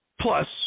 Plus